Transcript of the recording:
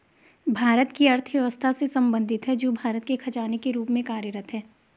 भारत की अर्थव्यवस्था से संबंधित है, जो भारत के खजाने के रूप में कार्यरत है